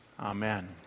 amen